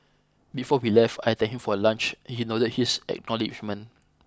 before we left I thanked him for lunch he nodded his acknowledgement